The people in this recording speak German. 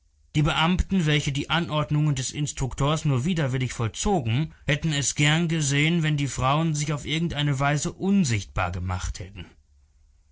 die beamten welche die anordnungen des instruktors nur widerwillig vollzogen hätten es gern gesehen wenn die frauen sich auf irgendeine weise unsichtbar gemacht hätten